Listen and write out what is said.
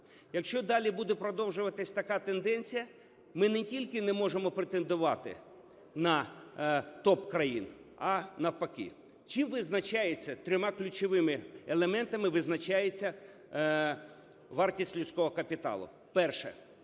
Якщо далі буде продовжуватися така тенденція, ми не тільки не можемо претендувати на топ-країн, а навпаки. Чим визначається? Трьома ключовими елементами визначається вартість людського капіталу. Перше